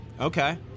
Okay